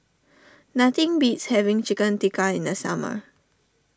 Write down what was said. nothing beats having Chicken Tikka in the summer